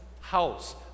House